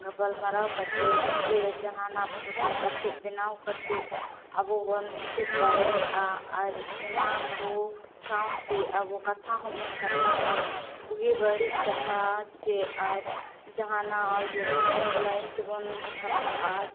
ᱜᱟᱯᱟᱞᱢᱟᱨᱟᱣ ᱠᱟᱛᱮᱫ ᱥᱮ ᱡᱟᱦᱟᱱᱟᱜ ᱯᱷᱳᱴᱳ ᱠᱟᱛᱮᱫ ᱵᱮᱱᱟᱣ ᱠᱟᱛᱮᱫ ᱟᱵᱚ ᱵᱚᱱ ᱥᱮᱪᱮᱫ ᱫᱟᱲᱮᱭᱟᱜᱼᱟ ᱟᱨ ᱚᱱᱟ ᱠᱚ ᱥᱟᱶᱛᱮ ᱟᱵᱚ ᱠᱟᱛᱷᱟ ᱦᱚᱸᱵᱚᱱ ᱠᱟᱛᱷᱟᱜᱼᱟ ᱵᱩᱜᱤ ᱵᱟᱹᱲᱤᱡ ᱠᱟᱛᱷᱟ ᱥᱮ ᱟᱨ ᱡᱟᱦᱟᱱᱟᱜ ᱤᱭᱟᱹ ᱚᱱᱞᱟᱭᱤᱱ ᱛᱮᱵᱚᱱ ᱠᱟᱛᱷᱟᱜᱼᱟ